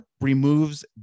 removes